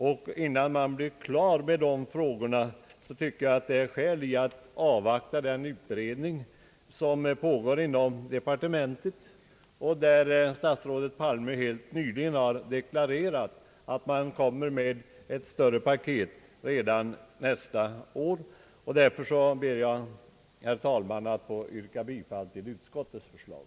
Det är skäl att vänta med beslut om denna åldersgräns tills utredningen inom departementet blir klar. Statsrådet Palme deklarerade också helt nyss att det kommer ett större paket redan nästa år. Därför ber jag, herr talman, att få yrka bifall till utskottets förslag.